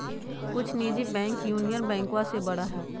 कुछ निजी bank union बैंकवा से बड़ा हई